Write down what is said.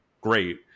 great